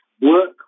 work